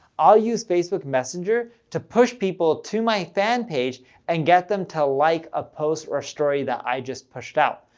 i'll use facebook messenger to push people to my fan page and get them to like a post or a story that i just pushed out.